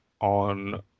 on